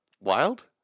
Wild